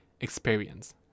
experience